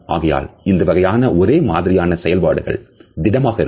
ஆகையால் இந்த வகையான ஒரே மாதிரியான செயல்பாடுகள் திடமாக இருக்கும்